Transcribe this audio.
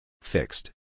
Fixed